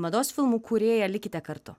mados filmų kūrėja likite kartu